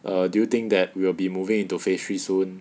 err do you think that will be moving into phase three soon